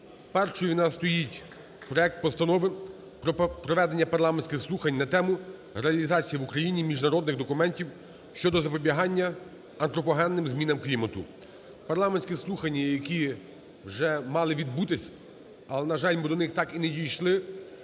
Першим у нас стоїть проект Постанови про проведення парламентських слухань на тему: "Реалізація в Україні міжнародних документів щодо запобігання антропогенним змінам клімату". Парламентські слухання, які вже мали відбутись, але, на жаль, ми так до них і не дійшли,